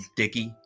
dicky